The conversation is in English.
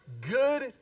good